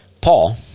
Paul